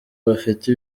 bafite